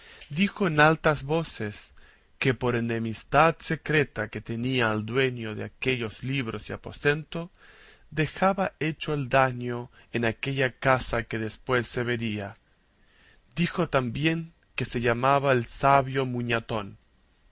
dijo en altas voces que por enemistad secreta que tenía al dueño de aquellos libros y aposento dejaba hecho el daño en aquella casa que después se vería dijo también que se llamaba el sabio muñatón